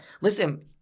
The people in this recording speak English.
Listen